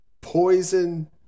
Poison